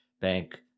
bank